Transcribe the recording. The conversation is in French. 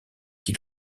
qui